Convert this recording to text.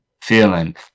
feeling